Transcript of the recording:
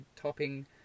topping